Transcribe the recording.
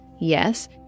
Yes